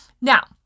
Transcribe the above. Now